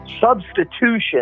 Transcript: substitution